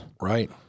Right